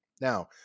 Now